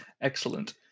excellent